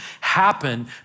happen